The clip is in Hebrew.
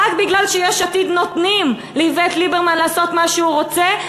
רק בגלל שיש עתיד נותנים לאיווט ליברמן לעשות מה שהוא רוצה,